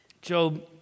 job